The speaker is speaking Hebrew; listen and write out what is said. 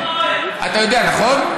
אתה יודע, נכון?